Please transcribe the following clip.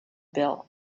bill